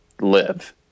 live